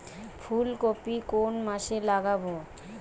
ফুলকপি কোন মাসে লাগাবো?